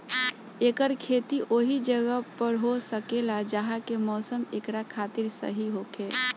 एकर खेती ओहि जगह पर हो सकेला जहा के मौसम एकरा खातिर सही होखे